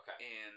Okay